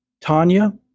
Tanya